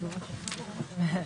הישיבה ננעלה בשעה 16:02.